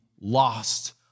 lost